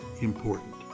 important